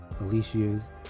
Alicia's